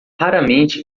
raramente